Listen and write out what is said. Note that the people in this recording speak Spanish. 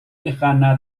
lejana